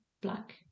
black